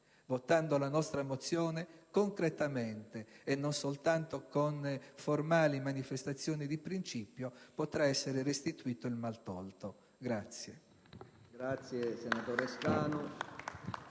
approvando la nostra mozione, concretamente e non soltanto con formali manifestazioni di principio potrà essere restituito il maltolto.